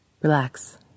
Relax